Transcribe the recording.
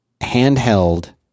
handheld